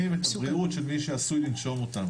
את הבריאות של מי שעשוי לנשום אותם.